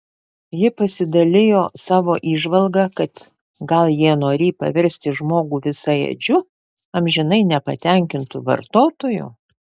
ji pasidalijo savo įžvalga kad gal jie norį paversti žmogų visaėdžiu amžinai nepatenkintu vartotoju